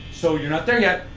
so you're not there yet.